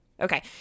okay